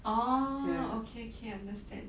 orh okay okay I understand